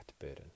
burden